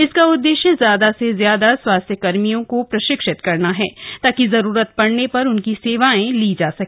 इसका उद्देश्य ज्यादा से ज्याद स्वास्थ्य कर्मियों को प्रशिक्षित करना है ताकि जरूरत पड़ने पर उनकी सेवाएं ली जा सके